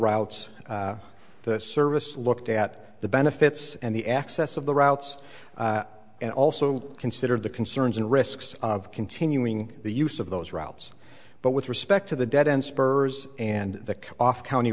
routes that service looked at the benefits and the access of the routes and also considered the concerns and risks of continuing the use of those routes but with respect to the dead and spurs and the cut off county